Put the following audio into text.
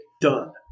Done